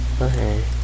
Okay